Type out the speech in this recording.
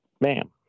Ma'am